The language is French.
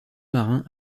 marins